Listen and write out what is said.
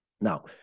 Now